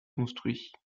construit